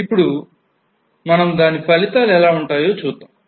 ఇప్పుడు మనం దాని ఫలితాలు ఎలా ఉంటాయో చూద్దాం